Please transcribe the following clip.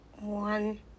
One